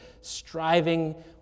striving